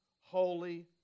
holy